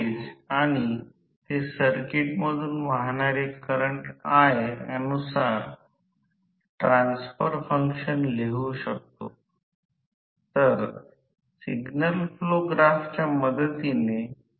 तर जर ती स्लिप असेल तर ती एक SE2 आहे परंतु जेव्हा रोटर चालू असेल तेव्हा त्यास स्लिप असेल तर ते SE2 असेल